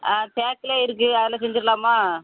ஆ தேக்கில் இருக்குது அதில் செஞ்சிடலாமா